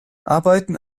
arbeiten